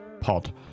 pod